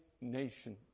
nation